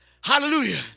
Hallelujah